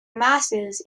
masses